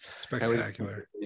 spectacular